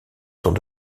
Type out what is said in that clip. sont